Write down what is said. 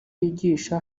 yigisha